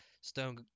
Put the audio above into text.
stone